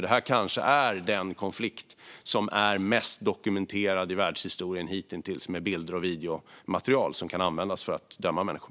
Detta är kanske den konflikt som är mest dokumenterad hittills i världshistorien - med bilder och videomaterial som kan användas för att döma människor.